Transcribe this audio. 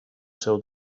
seu